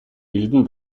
wilden